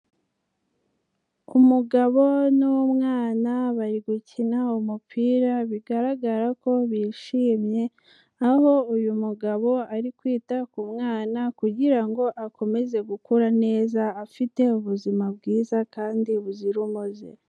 Umugabo n'umwana bari gukina umupira bigaragara ko bishimye, aho uyu mugabo ari kwita ku mwana kugira ngo akomeze gukura neza afite ubuzima bwiza kandi buzira umuze.